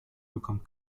bekommt